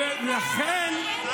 כי אתה כבר שבוע אומר את זה.